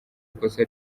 ikosa